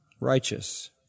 righteous